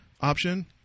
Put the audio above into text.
option